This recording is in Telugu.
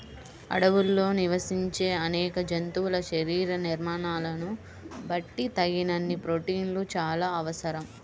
అడవుల్లో నివసించే అనేక జంతువుల శరీర నిర్మాణాలను బట్టి తగినన్ని ప్రోటీన్లు చాలా అవసరం